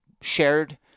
shared